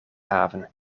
haven